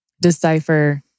decipher